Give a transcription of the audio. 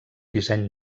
disseny